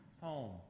home